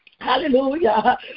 Hallelujah